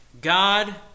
God